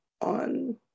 on